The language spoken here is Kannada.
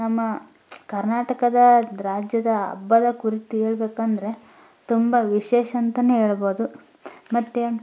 ನಮ್ಮ ಕರ್ನಾಟಕ ರಾಜ್ಯದ ಹಬ್ಬದ ಕುರಿತು ಹೇಳ್ಬೇಕಂದ್ರೆ ತುಂಬ ವಿಶೇಷ ಅಂತಲೇ ಹೇಳ್ಬೋದು ಮತ್ತು